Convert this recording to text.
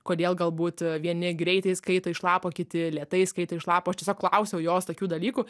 kodėl galbūt vieni greitai skaito iš lapo kiti lėtai skaito iš lapo aš tiesiog klausiau jos tokių dalykų